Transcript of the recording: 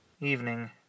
evening